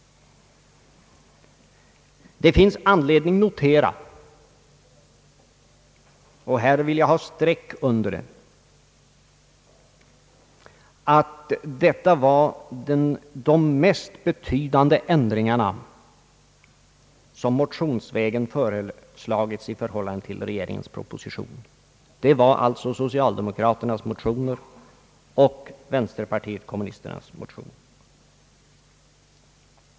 Det finns anledning notera — och det vill jag ha streck under — att detta vär de mest betydande ändringarna som motionsvägen föreslagits i förhållande till regeringens proposition. Det var alltså socialdemokraternas motioner och vänsterpartiet kommunisternas motion.